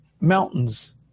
mountains